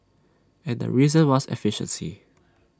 and the reason was efficiency